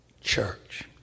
church